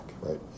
right